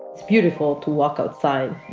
it's beautiful to walk outside.